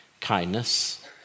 kindness